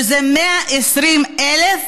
שזה 120,000,